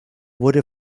wurde